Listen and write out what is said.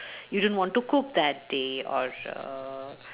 you don't want to cook that day or err